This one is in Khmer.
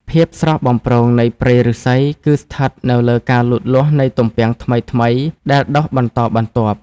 ភាពស្រស់បំព្រងនៃព្រៃឫស្សី គឺស្ថិតនៅលើការលូតលាស់នៃទំពាំងថ្មីៗដែលដុះបន្តបន្ទាប់។